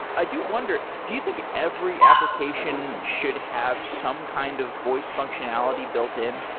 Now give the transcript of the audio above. i do wonder, do you think every application should have some kind of voice functionality built in?